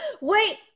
Wait